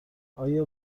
آیا